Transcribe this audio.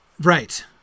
Right